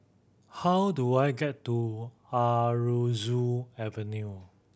how do I get to Aroozoo Avenue